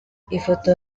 ifoto